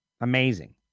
Amazing